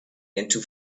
into